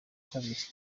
kabiri